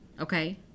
Okay